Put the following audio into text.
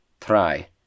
Try